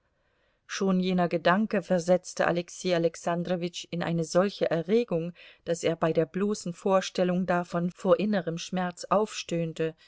schon jener gedanke versetzte alexei alexandrowitsch in eine solche erregung daß er bei der bloßen vorstellung davon vor innerem schmerz aufstöhnte